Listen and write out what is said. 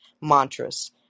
mantras